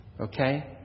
Okay